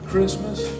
Christmas